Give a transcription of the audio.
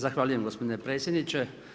Zahvaljujem gospodine predsjedniče.